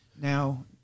Now